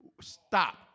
Stop